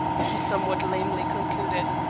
he somewhat lamely concluded.